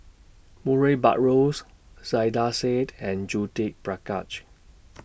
Murray Buttrose Saiedah Said and Judith Prakash